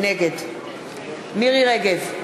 נגד מירי רגב,